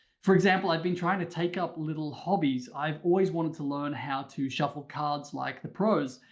for example, i've been trying to take up little hobbies. i've always wanted to learn how to shuffle cards like the pros,